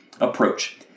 approach